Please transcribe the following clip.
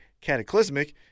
Cataclysmic